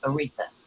Aretha